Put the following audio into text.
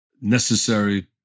necessary